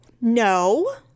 no